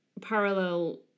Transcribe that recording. parallel